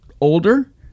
older